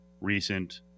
recent